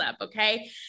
okay